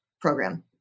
program